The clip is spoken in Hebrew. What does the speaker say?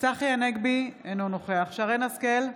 צחי הנגבי, אינו נוכח שרן מרים השכל,